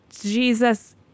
Jesus